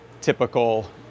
typical